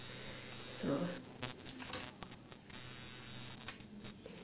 so